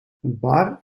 bar